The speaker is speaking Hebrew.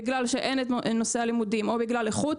בגלל שאין את נושא הלימודים או בגלל איכות